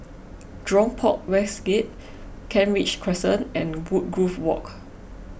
Jurong Port West Gate Kent Ridge Crescent and Woodgrove Walk